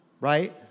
right